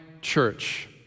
church